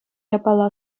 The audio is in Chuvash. япала